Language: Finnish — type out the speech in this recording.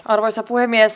arvoisa puhemies